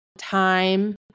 Time